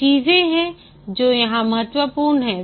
कुछ चीजें हैं जो यहां महत्वपूर्ण हैं